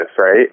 right